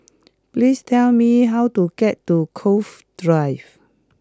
please tell me how to get to Cove Drive